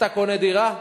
אתה קונה דירה?